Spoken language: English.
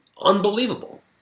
unbelievable